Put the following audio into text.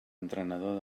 entrenador